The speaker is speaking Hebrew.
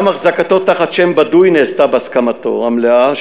גם החזקתו תחת שם בדוי נעשתה בהסכמתו המלאה,